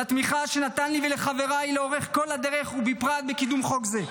על התמיכה שנתן לי ולחבריי לאורך כל הדרך ובפרט בקידום חוק זה.